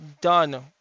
done